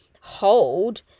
hold